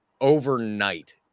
overnight